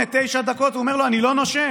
שמונה-תשע דקות הוא אומר לו: אני לא נושם,